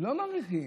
לא מאריכים.